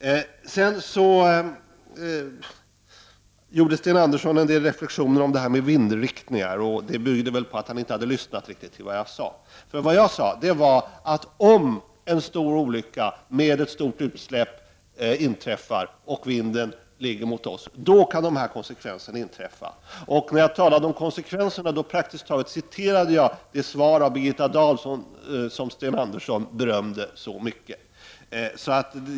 Sten Andersson gjorde vidare en del reflektioner om vindriktningar. De torde bygga på att han inte hade lyssnat riktigt till vad jag sade. Jag sade att om en stor olycka med ett stort utsläpp inträffar och vinden ligger mot oss, kan dessa konsekvenser inträffa. När jag talade om konsekvenserna citerade jag praktiskt taget från det svar av Birgitta Dahl som Sten Andersson berömde så mycket.